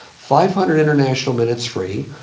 five hundred international minutes free,